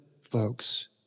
folks